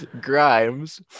Grimes